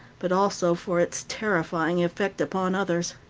but also for its terrifying effect upon others.